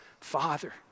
father